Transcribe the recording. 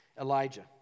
Elijah